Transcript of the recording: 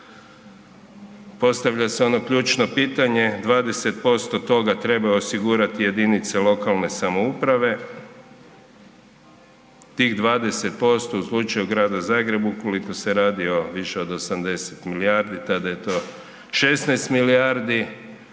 Postavlja se ono ključno pitanje, 20% trebaju od toga osigurati jedinice lokalne samouprave, tih 20% u slučaju Grada Zagreba ukoliko se radi više od 80 milijardi tada je to 16 milijardi.